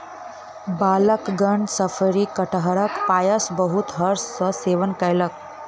बालकगण शफरी कटहरक पायस बहुत हर्ष सॅ सेवन कयलक